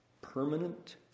permanent